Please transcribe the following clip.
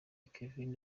kevin